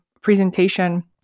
presentation